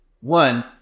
one